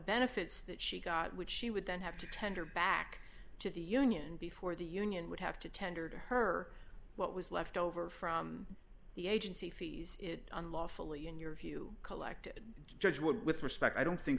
benefits that she got which she would then have to tender back to the union before the union would have to tender to her what was left over from the agency fees unlawfully in your view collected judgement with respect i don't think